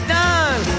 done